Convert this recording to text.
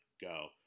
go